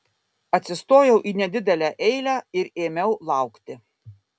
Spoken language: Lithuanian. atsistojau į nedidelę eilę ir ėmiau laukti